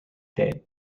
death